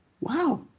Wow